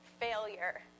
failure